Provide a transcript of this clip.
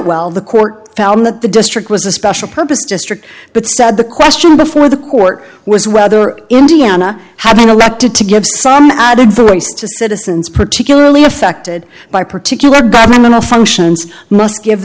well the court found that the district was a special purpose district but said the question before the court was whether indiana had been elected to give some advice to citizens particularly affected by particular government functions must give